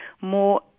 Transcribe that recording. more